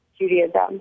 Judaism